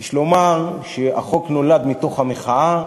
יש לומר שהחוק נולד מתוך המחאה,